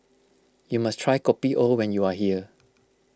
you must try Kopi O when you are here